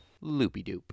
loopy-doop